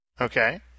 Okay